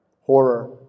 Horror